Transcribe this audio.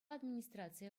администрацийӗ